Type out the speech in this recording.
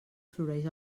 floreix